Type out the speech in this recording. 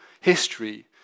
history